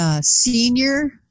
senior